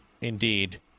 Indeed